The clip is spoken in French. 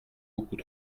beaucoup